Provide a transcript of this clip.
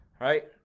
right